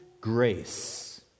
grace